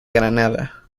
granada